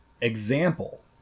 example